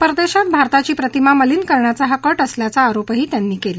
परदेशात भारताची प्रतिमा मलीन करण्याचा हा कट असल्याचा आरोपही त्यांनी केला